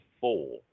four